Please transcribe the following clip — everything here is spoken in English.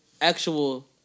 actual